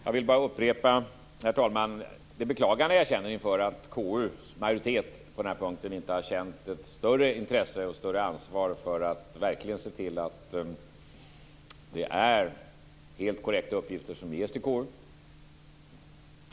Jag vill bara upprepa, herr talman, det beklagande jag känner inför att KU:s majoritet på den här punkten inte känt ett större intresse och ett större ansvar för att verkligen se till att det är helt korrekta uppgifter som ges i KU.